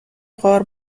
غار